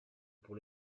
pour